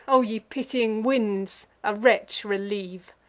o ye pitying winds, a wretch relieve!